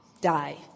die